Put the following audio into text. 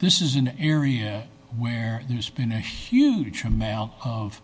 this is an area where news been a huge amount of